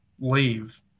leave